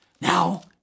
now